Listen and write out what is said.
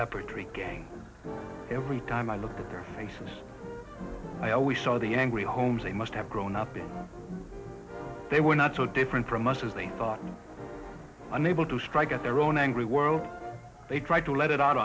periphery gang every time i looked at their faces i always saw the angry homes they must have grown up in they were not so different from us as they thought unable to strike at their own angry world they tried to let it out